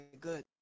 Good